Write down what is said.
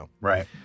Right